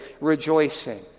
rejoicing